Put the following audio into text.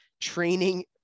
training